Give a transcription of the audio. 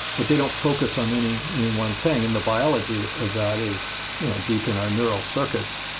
but they don't focus on any any one thing. and the biology of that is you know deep in our neural circuits.